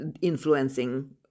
influencing